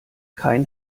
kein